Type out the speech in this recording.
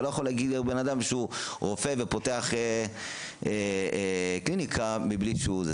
אתה לא יכול להגיד לבן אדם שהוא רופא ופותח קליניקה מבלי זה.